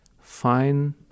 fine